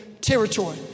territory